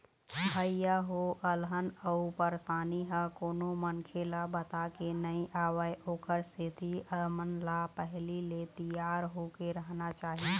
भइया हो अलहन अउ परसानी ह कोनो मनखे ल बताके नइ आवय ओखर सेती हमन ल पहिली ले तियार होके रहना चाही